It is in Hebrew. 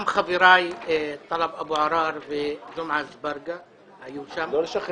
גם חבריי טלב אבו עראר וג'ומעה אזברגה היום שם.